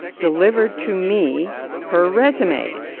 delivered to me her resume.